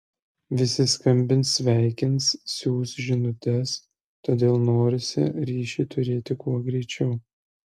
visi skambins sveikins siųs žinutes todėl norisi ryšį turėti kuo greičiau